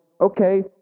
Okay